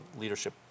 leadership